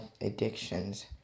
addictions